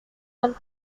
del